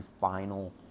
final